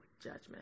judgment